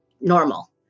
normal